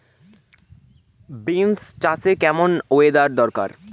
Beans চাষে কেমন weather দরকার?